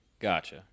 Gotcha